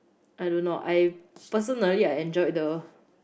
I don't know I personally I enjoy the